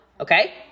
Okay